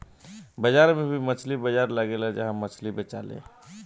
बाजार में भी मछली बाजार लगेला जहा मछली बेचाले